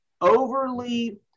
overly